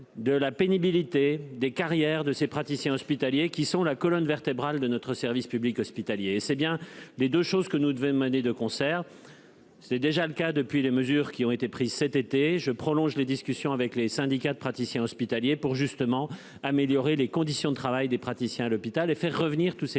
de la pénibilité des carrières de ces praticiens hospitaliers qui sont la colonne vertébrale de notre service public hospitalier. C'est bien des de choses que nous devons mener de concert. C'est déjà le cas depuis les mesures qui ont été prises cet été je prolonge les discussions avec les syndicats de praticiens hospitaliers pour justement améliorer les conditions de travail des praticiens à l'hôpital et faire revenir tous ces